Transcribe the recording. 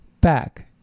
back